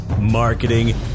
marketing